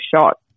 shot